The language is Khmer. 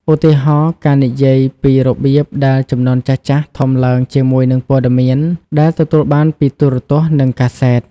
ឧទាហរណ៍ ការនិយាយពីរបៀបដែលជំនាន់ចាស់ៗធំឡើងជាមួយនឹងព័ត៌មានដែលទទួលបានពីទូរទស្សន៍និងកាសែត។